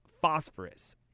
phosphorus